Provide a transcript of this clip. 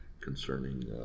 concerning